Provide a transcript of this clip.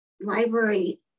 library